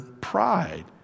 pride